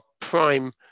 prime